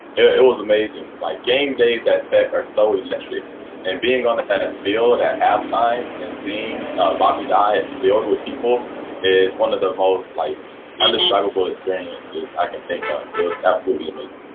it was amazing, like game days at tech are so electric and being on the field at at halftime and seeing bobby diet filled with people is one of the most like undescribable experiences i can absolutely amazing.